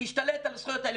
להשתלט על הזכויות האלה,